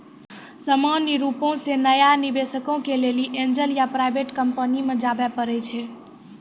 सामान्य रुपो से नया निबेशको के लेली एंजल या प्राइवेट कंपनी मे जाबे परै छै